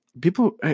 People